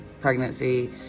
pregnancy